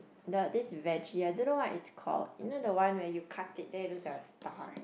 the this veggie I don't know what it's called you know the one where you cut it then it looks like a star